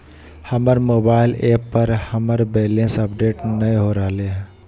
हमर mobile app पर हमर बैलेंस अपडेट नय हो रहलय हें